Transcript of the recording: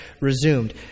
resumed